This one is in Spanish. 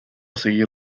seguir